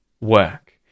work